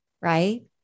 right